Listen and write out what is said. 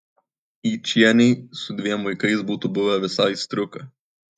yčienei su dviem vaikais būtų buvę visai striuka